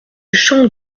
champ